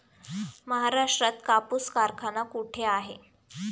महाराष्ट्रात कापूस कारखाना कुठे आहे?